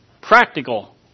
practical